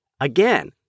Again